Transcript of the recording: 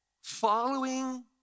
following